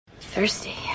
Thirsty